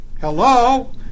Hello